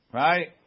right